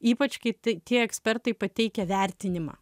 ypač kiti tie ekspertai pateikia vertinimą